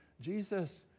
Jesus